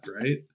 right